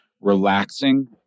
relaxing